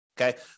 Okay